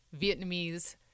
Vietnamese